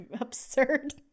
absurd